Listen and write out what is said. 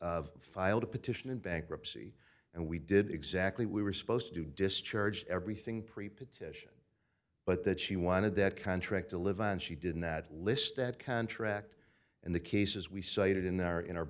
filed a petition in bankruptcy and we did exactly we were supposed to discharge everything prepared to sion but that she wanted that contract to live and she did in that list that contract and the cases we cited in our in our